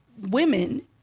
women